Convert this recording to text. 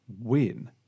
win